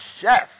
chef